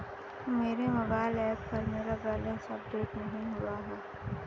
मेरे mobile app पर मेरा बैलेंस अपडेट नहीं हुआ है